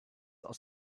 aus